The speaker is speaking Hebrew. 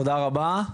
תודה רבה.